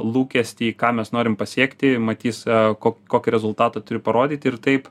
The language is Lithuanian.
lūkestį į ką mes norim pasiekti matys kok kokį rezultatą turi parodyti ir taip